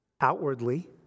outwardly